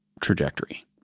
trajectory